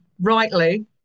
rightly